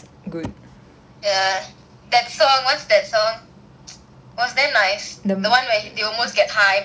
ya that song what is that song it was damn nice the [one] where he they almost get high but then not high